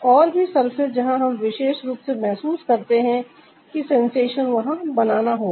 और भी सर्फेस जहां हम विशेष रूप से महसूस करते है कि सेंसेशन वहां बनाना होगा